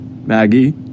Maggie